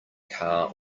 car